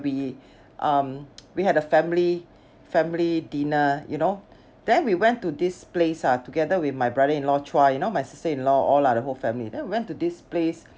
we um we had a family family dinner you know then we went to this place ah together with my brother in-law chua you know my sister in-law all lah the whole family then we went to this place